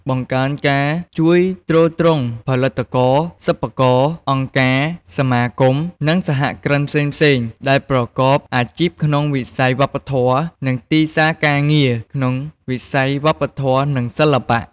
បង្កើនការជួយទ្រទ្រង់ផលិតករ សិល្បករ អង្គការ សមាគម និងសហគ្រិនផ្សេងៗដែលប្រកបអាជីពក្នុងវិស័យវប្បធម៌ និងទីផ្សារការងារក្នុងវិស័យវប្បធម៌ និងសិល្បៈ។